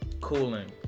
cooling